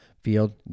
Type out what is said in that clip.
field